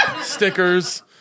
Stickers